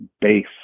base